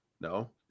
No